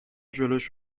جلوش